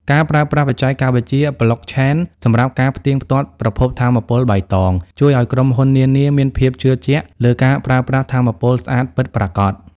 ការប្រើប្រាស់បច្ចេកវិទ្យាប្លុកឆេន សម្រាប់ការផ្ទៀងផ្ទាត់ប្រភពថាមពលបៃតង ជួយឱ្យក្រុមហ៊ុននានាមានភាពជឿជាក់លើការប្រើប្រាស់ថាមពលស្អាតពិតប្រាកដ។